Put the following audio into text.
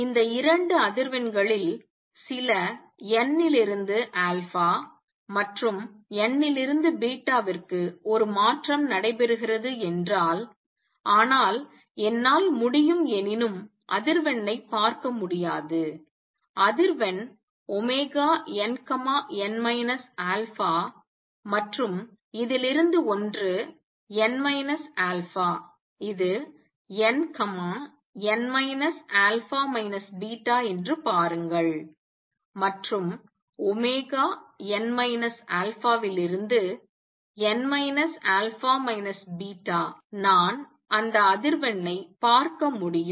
இந்த இரண்டு அதிர்வெண்களில் சில n லிருந்து α மற்றும் n லிருந்து விற்கு ஒரு மாற்றம் நடைபெறுகிறது என்றால் ஆனால் என்னால் முடியும் எனினும் அதிர்வெண்ணை பார்க்க முடியாது அதிர்வெண் nn α மற்றும் இதிலிருந்து ஒன்று n α இது nn α β என்று பாருங்கள் மற்றும் n α லிருந்து n α βநான் அந்த அதிர்வெண்ணை பார்க்க முடியும்